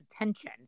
attention